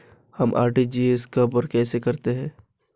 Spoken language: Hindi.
हम आर.टी.जी.एस कब और कैसे करते हैं?